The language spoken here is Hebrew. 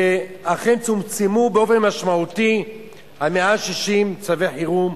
ואכן צומצמו באופן משמעותי 160 צווי החירום.